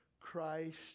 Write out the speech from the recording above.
Christ